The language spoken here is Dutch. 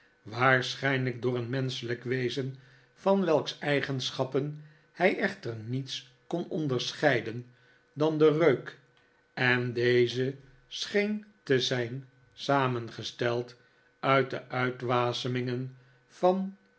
waarschijnlijk door een menschelijk wezen van welks eigenschappen hij echter niets kon onderscheiden dan den reuk en deze scheen te zijn samehgesteld uit de uitwasemingen van